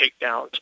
takedowns